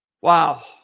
wow